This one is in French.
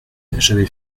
j’avais